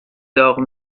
داغ